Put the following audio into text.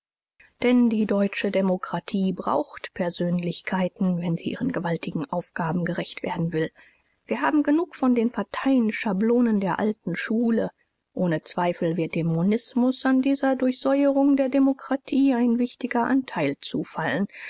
denn die deutsche demokratie braucht persönlichkeiten wenn sie ihren gewaltigen aufgaben gerecht werden will wir haben genug von den parteischablonen der alten schule ohne zweifel wird dem monismus an dieser durchsäuerung der demokratie ein wichtiger anteil zufallen